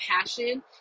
passion